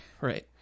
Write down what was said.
right